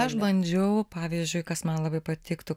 aš bandžiau pavyzdžiui kas man labai patiktų